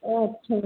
ओ अच्छा जी